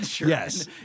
Yes